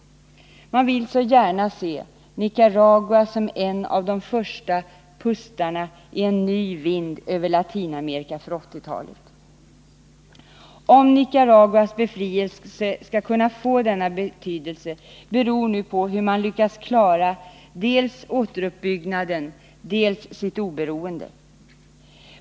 Man vill så gärna se Nicaragua som en av de första pustarna i en ny vind över Latinamerika för 1980-talet. Om Nicaraguas befrielse skall kunna få denna betydelse beror på hur man nu lyckas klara dels återuppbyggnaden, dels sitt oberoende.